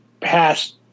past